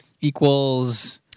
equals